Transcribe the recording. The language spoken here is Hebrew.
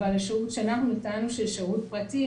השירות שנתנו הוא שירות פרטי,